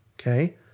Okay